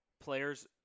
players –